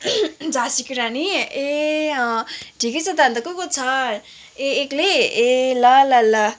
झाँसीकी रानी ए अँ ठिकै छ त अन्त को को छ ए एक्लै ए ल ल ल